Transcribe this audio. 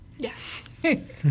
Yes